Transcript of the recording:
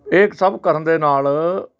ਇਹ ਸਭ ਕਰਨ ਦੇ ਨਾਲ